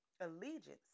allegiance